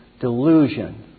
delusion